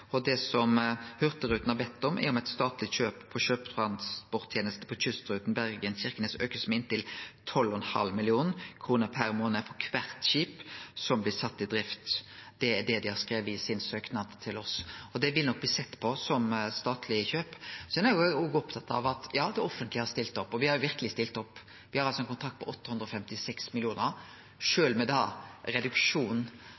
Det Hurtigruten har bedt om, er at eit statleg kjøp på sjøtransportteneste på kystruta Bergen–Kirkenes blir auka med inntil 12,5 mill. kr per månad for kvart skip som blir sett i drift. Det er det dei har skrive i søknaden sin til oss. Det vil nok bli sett på som statlege kjøp. Så er eg opptatt av at det offentlege har stilt opp, og me har verkeleg stilt opp, me har altså ein kontrakt på 856